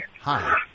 Hi